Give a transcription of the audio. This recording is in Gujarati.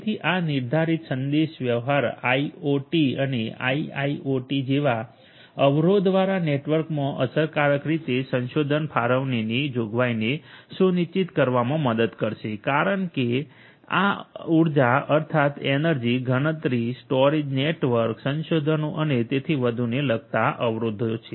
તેથી આ નિર્ધારિત સંદેશ વ્યવહાર આઈઓટી અને આઈઆઈઓટી જેવા અવરોધવાળા નેટવર્કમાં અસરકારક રીતે સંસાધન ફાળવણીની જોગવાઈને સુનિશ્ચિત કરવામાં મદદ કરશે કારણ કે આ ઉર્જા અર્થાત એનર્જી ગણતરી સ્ટોરેજ નેટવર્ક સંસાધનો અને તેથી વધુને લગતા અવરોધ છે